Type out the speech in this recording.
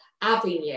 avenue